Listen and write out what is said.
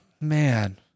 man